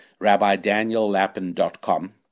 rabbidaniellappin.com